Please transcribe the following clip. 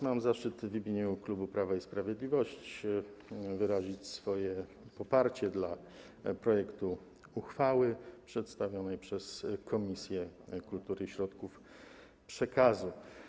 Mam zaszczyt w imieniu klubu Prawo i Sprawiedliwość wyrazić poparcie dla projektu uchwały przedstawionego przez Komisję Kultury i Środków Przekazu.